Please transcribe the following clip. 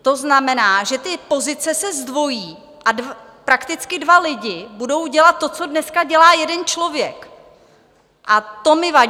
To znamená, že ty pozice se zdvojí a prakticky dva lidi budou dělat to, co dneska dělá jeden člověk, a to mi vadí.